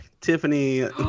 Tiffany